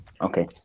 Okay